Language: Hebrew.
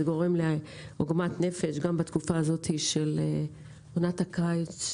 זה גורם לעוגמת נפש גם בתקופה הזאת של עונת הקיץ,